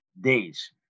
Days